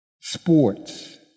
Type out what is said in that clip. Sports